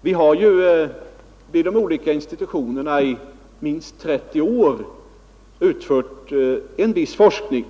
Vid de olika institutionerna har ju i minst 30 år utförts en viss forskning.